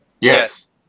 Yes